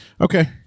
Okay